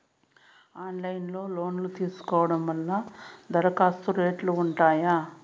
Online లో loan తీసుకోవడం వల్ల దరఖాస్తు రేట్లు ఉంటాయా?